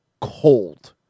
cold